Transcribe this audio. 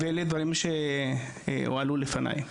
ואלה דברים שהועלו לפניי.